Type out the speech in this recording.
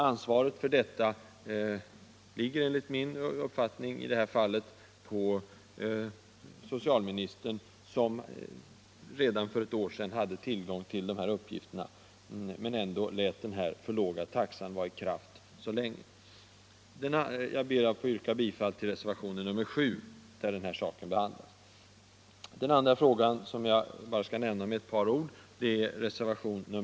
Ansvaret för väntetiderna ligger enligt min uppfattning i det här fallet på socialministern, som redan för ett år sedan hade tillgång till fakta men ändå lät denna för låga taxa vara i kraft så länge. Jag ber att få yrka bifall till reservationen 7, där den här saken behandlas. Den andra frågan, som jag bara skall nämna med några ord, är reservationen 3.